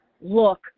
Look